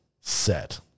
set